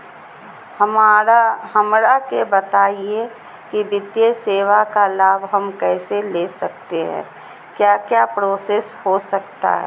हमरा के बताइए की वित्तीय सेवा का लाभ हम कैसे ले सकते हैं क्या क्या प्रोसेस हो सकता है?